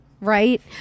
Right